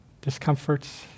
discomforts